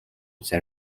san